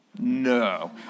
No